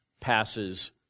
passes